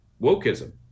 wokeism